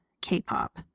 K-pop